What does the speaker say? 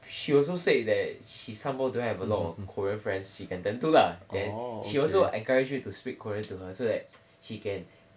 she also said that she some more don't have a lot of korean friends she can turn to lah she also encourage me to speak korean to her so that she can